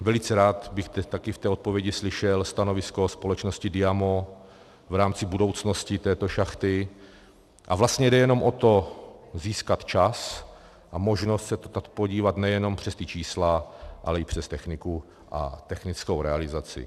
Velice rád bych taky v té odpovědi slyšel stanovisko společnosti DIAMO v rámci budoucnosti této šachty a vlastně jde jenom o to získat čas a možnost se tak podívat nejenom přes ta čísla, ale i přes techniku a technickou realizaci.